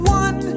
one